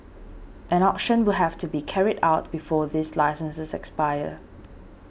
an auction will have to be carried out before these licenses expire